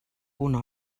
una